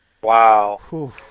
Wow